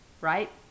Right